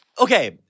okay